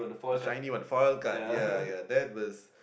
the shiny one veil card ya ya that was